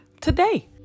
today